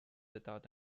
without